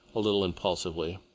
a little impulsively,